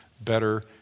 better